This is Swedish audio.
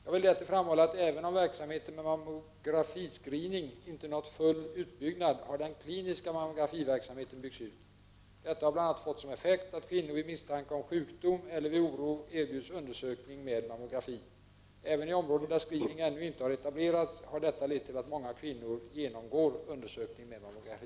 Jag vill därtill framhålla att även om verksamheten med mammografiscreening inte nått full utbyggnad har den kliniska mammografiverksamheten byggts ut. Detta har bl.a. fått som effekt att kvinnor vid misstanke om sjukdom eller vid oro erbjuds undersökning med mammografi. Även i områden där screening ännu inte etablerats har detta lett till att många kvinnor genomgår undersökning med mammografi.